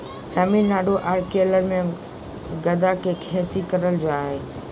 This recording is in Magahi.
तमिलनाडु आर केरल मे गदा के खेती करल जा हय